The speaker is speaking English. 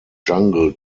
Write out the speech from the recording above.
jungle